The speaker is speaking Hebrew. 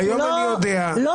היום אני יודע --- אתה כנראה לא